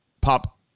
pop